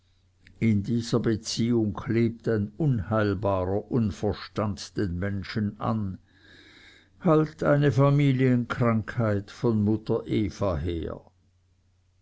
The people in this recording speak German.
in dieser beziehung klebt ein unheilbarer unverstand den menschen an halt eine familienkrankheit von mutter eva her